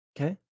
okay